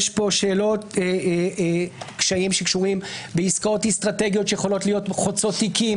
יש פה קשיים שקשורים בעסקאות אסטרטגיות שיכולות להיות חוצות תיקים